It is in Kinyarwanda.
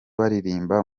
baririmbana